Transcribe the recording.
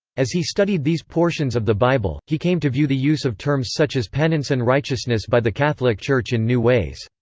as he studied these portions of the bible, he came to view the use of terms such as penance and righteousness by the catholic church in new ways.